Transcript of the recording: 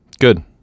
Good